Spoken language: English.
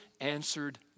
answered